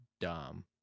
dumb